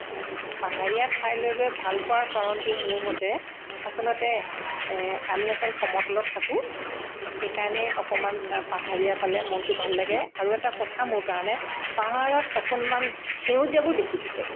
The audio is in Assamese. পাহাৰীয়া ঠাইলৈ গৈ ভাল পোৱাৰ কাৰণটো মোৰমতে আচলতে আমি আচল সমতলত থাকোঁ সেইকাৰণে অকণমান পাহাৰীয়া পালে মনটো ভাল লাগে আৰু এটা কথা মোৰ কাৰণে পাহাৰত অকণমান সেউজীয়াবোৰ বেছি থাকে